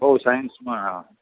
બહુ સાયન્સમાં